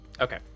Okay